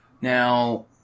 Now